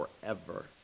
forever